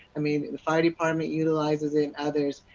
i mean the fire department utilizes it, and others.